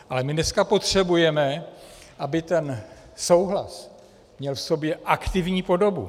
Ale my dneska potřebujeme, aby ten souhlas měl v sobě aktivní podobu.